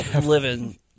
living